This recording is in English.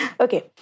Okay